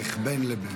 בערך, בין לבין.